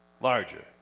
larger